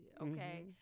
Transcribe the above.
okay